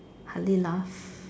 hardly laugh